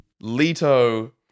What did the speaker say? Leto